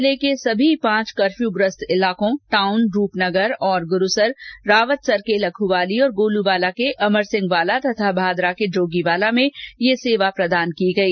जिले के सभी पांच कर्फ्यूग्रस्त इलाकों टाउन रूपनगर और गुरूसर रावतसर के लखूवाली गोलूवाला के अमरसिंहवाला और भादरा के जोगीवाला में ये सेवा प्रदान की गई